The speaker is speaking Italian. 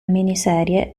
miniserie